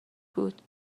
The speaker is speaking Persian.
بود